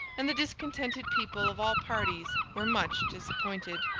and the discontented people of all parties were much disappointed.